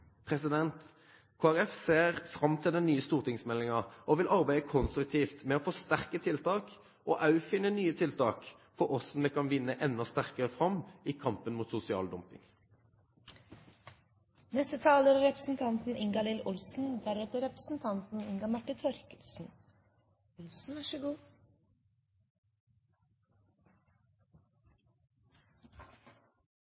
ser fram til den nye stortingsmeldingen og vil arbeide konstruktivt med å forsterke tiltak – og også finne nye tiltak – for å kunne vinne enda sterkere fram i kampen mot sosial dumping. Arbeiderpartiet er